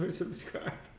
subscribed